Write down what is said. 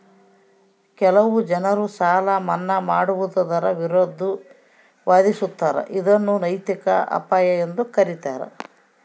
ಕೆಲವು ಜನರು ಸಾಲ ಮನ್ನಾ ಮಾಡುವುದರ ವಿರುದ್ಧ ವಾದಿಸ್ತರ ಇದನ್ನು ನೈತಿಕ ಅಪಾಯ ಎಂದು ಕರೀತಾರ